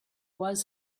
was